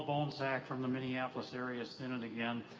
bohnsack from the minneapolis area synod again.